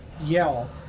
yell